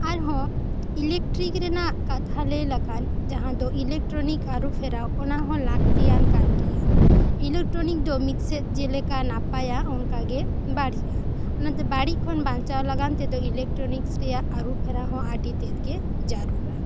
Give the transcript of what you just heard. ᱟᱨ ᱦᱚᱸ ᱤᱞᱮᱠᱴᱨᱤᱠ ᱨᱮᱭᱟᱜ ᱠᱟᱛᱷᱟ ᱞᱟᱹᱭ ᱞᱮᱠᱷᱟᱱ ᱡᱟᱦᱟᱸ ᱫᱚ ᱤᱞᱮᱠᱴᱨᱚᱱᱤᱠ ᱨᱩᱯ ᱯᱷᱮᱨᱟ ᱚᱱᱟ ᱦᱚ ᱞᱟᱹᱠᱛᱤᱭᱟᱱ ᱜᱮᱭᱟ ᱤᱞᱮᱠᱴᱨᱚᱱᱤᱠ ᱫᱚ ᱢᱤᱫ ᱥᱮ ᱡᱮ ᱞᱮᱠᱟ ᱱᱟᱯᱟᱭ ᱚᱱᱠᱟ ᱜᱮ ᱵᱟᱹᱲᱤᱡᱟ ᱟ ᱚᱱᱟᱛᱮ ᱵᱟᱹᱲᱤᱡᱟ ᱠᱷᱚᱱ ᱵᱟᱱᱪᱟᱣ ᱞᱟᱜᱟᱱ ᱛᱮᱫᱚ ᱤᱞᱮᱠᱴᱨᱚᱱᱤᱠᱥ ᱨᱮᱭᱟᱜ ᱨᱩᱯ ᱯᱷᱮᱨᱟᱣ ᱦᱚ ᱟᱹᱰᱤ ᱛᱮᱫ ᱜᱮ ᱡᱟᱨᱩᱨᱟ